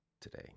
today